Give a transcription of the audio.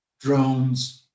drones